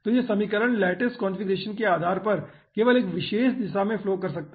तो यह समीकरण लैटिस कंफीग्रेशन के आधार पर केवल एक विशेष दिशा में फ्लो कर सकता है